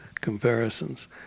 comparisons